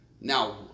Now